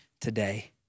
today